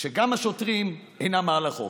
שגם השוטרים אינם מעל החוק.